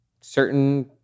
certain